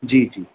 जी जी